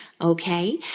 Okay